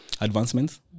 advancements